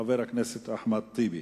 חבר הכנסת אחמד טיבי.